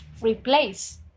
replace